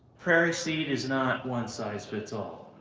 prairie seed is not one-size-fits-all,